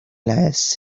las